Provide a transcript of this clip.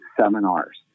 seminars